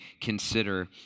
consider